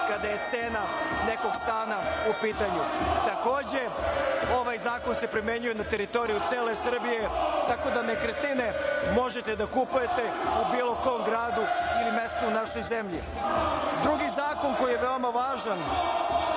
kada je cena nekog stana u pitanju. Takođe, ovaj zakon se primenjuje na teritoriji cele Srbije, tako da nekretnine možete da kupujete u bilo kom gradu ili mestu u našoj zemlji. Drugi zakon koji je veoma važan